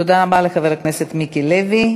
תודה רבה לחבר הכנסת מיקי לוי.